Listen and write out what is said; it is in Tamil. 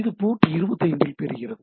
இது போர்ட் 25 இல் பெறுகிறது